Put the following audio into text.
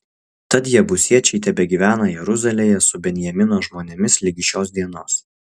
tad jebusiečiai tebegyvena jeruzalėje su benjamino žmonėmis ligi šios dienos